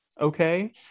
okay